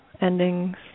endings